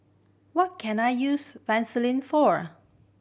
what can I use Vaselin for